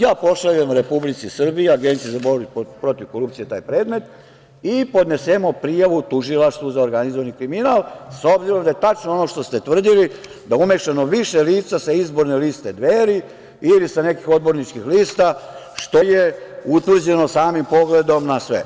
Ja pošaljem Republici Srbiji, Agenciji za borbu protiv korupcije taj predmet i podnesemo prijavu Tužilaštvu za organizovani kriminal, s obzirom da je tačno ono što ste tvrdili da je umešano više lica sa izborne liste Dveri ili sa nekih odborničkih lista, što je utvrđeno samim pogledom na sve.